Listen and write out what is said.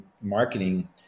marketing